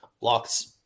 blocks